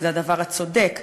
זה הדבר הצודק,